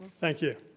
thank you.